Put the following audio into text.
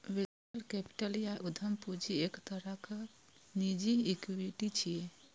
venture capital या उद्यम पूंजी एक तरहक निजी इक्विटी छियै